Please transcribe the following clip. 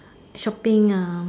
shopping ah